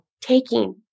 taking